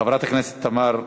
חברת כנסת תמר זנדברג.